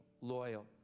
loyal